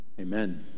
Amen